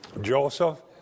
Joseph